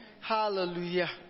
Hallelujah